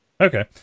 Okay